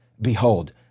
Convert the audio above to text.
Behold